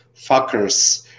fuckers